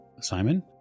Simon